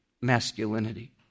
masculinity